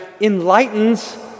enlightens